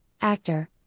actor